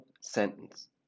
sentence